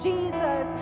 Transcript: Jesus